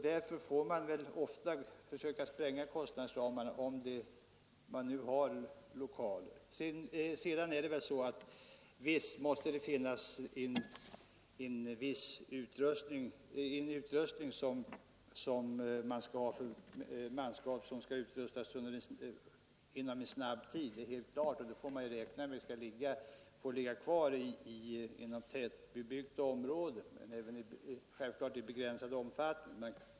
Därför får man spränga kostnadsramarna, om bättre lokaler finns. Visst måste vi tillåta att förråd med den utrustning som manskapet behöver tillgång till inom mycket kort tid får ligga kvar inom tätbebyggt område, men självklart i begränsad omfattning.